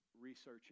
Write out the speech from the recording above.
researching